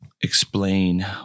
explain